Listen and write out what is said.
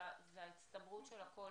אלא זו הצטברות של הכול